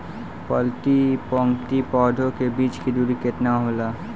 प्रति पंक्ति पौधे के बीच की दूरी केतना होला?